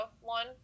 one